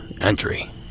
entry